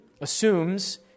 assumes